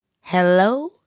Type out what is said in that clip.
Hello